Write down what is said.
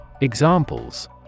Examples